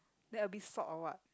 then a bit salt or what